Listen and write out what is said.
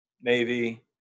Navy